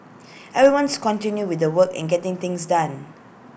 everyone's continuing with the work and getting things done